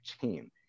team